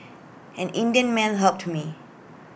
an Indian man helped me